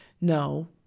No